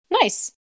Nice